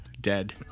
Dead